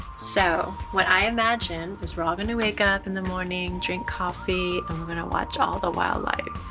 so, what i imagine is we're all gonna wake up in the morning drink coffee and we're gonna watch all the wildlife.